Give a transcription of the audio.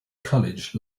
college